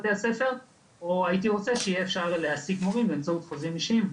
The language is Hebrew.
או הייתי רוצה שאפשר יהיה להעסיק מורים באמצעות חוזים אישיים,